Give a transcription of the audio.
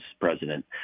president